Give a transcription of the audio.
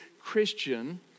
Christian